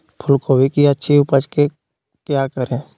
फूलगोभी की अच्छी उपज के क्या करे?